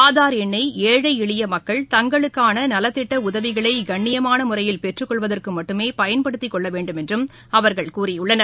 ஆதா் எண்ணை ஏழை எளிய மக்கள் தங்களுக்கான நலத்திட்ட உதவிகளைப் கண்ணியமான முறையில் பெற்றுக்கொள்வதற்கு மட்டுமே பயன்படுத்திக்கொள்ள வேண்டும் என்றும் அவர்கள் கூறியுள்ளனர்